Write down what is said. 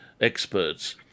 experts